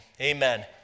Amen